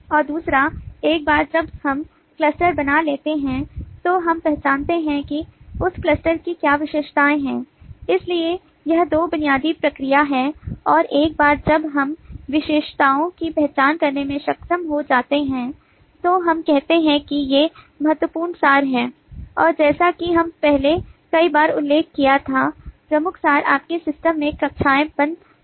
और दूसरा एक बार जब हम क्लस्टर बना लेते हैं तो हम पहचानते हैं कि उस क्लस्टर की क्या विशेषताएं हैं इसलिए यह दो बुनियादी प्रक्रिया है और एक बार जब हम विशेषताओं की पहचान करने में सक्षम हो जाते हैं तो हम कहते हैं कि ये महत्वपूर्ण सार हैं और जैसा कि हम पहले कई बार उल्लेख किया था प्रमुख सार आपके सिस्टम में कक्षाएं बन जाती हैं